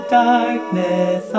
darkness